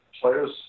Players